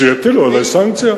שיטילו עלי סנקציה.